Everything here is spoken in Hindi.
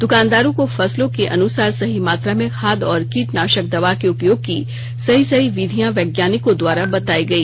दुकानदारों को फसलों के अनुसार सही मात्रा में खाद और कीटनाशक दवा के उपयोग की सही सही विधियां वैज्ञानिकों द्वारा बताई गई